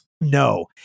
No